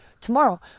tomorrow